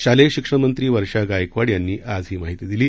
शालेय शिक्षणमंत्री वर्षा गायकवाड यांनी आज ही माहिती दिली